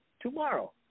tomorrow